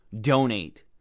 donate